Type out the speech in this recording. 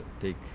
take